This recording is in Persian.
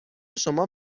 شما